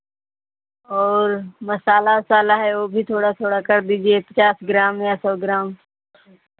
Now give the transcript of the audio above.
और मसाला ओसाला है ओ भी थोड़ा थोड़ा कर दीजिए पचास ग्राम या सौ ग्राम